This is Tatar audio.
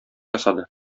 ясады